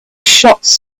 shots